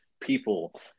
people